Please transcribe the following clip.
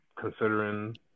considering